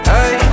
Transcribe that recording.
Hey